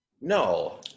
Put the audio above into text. No